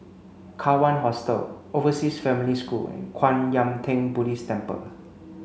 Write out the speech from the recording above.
Kawan Hostel Overseas Family School and Kwan Yam Theng Buddhist Temple